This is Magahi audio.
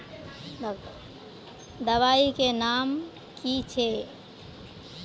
दबाई के नाम की छिए?